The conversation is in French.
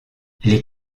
les